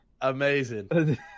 Amazing